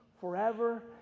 forever